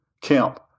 camp